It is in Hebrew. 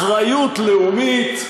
אחריות לאומית,